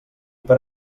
per